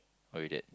oh you did